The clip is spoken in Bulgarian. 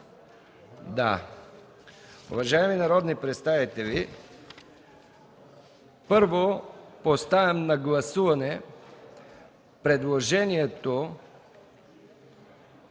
Уважаеми народни представители, първо поставям на гласуване предложението